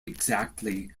exactly